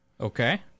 okay